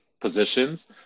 positions